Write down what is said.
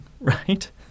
right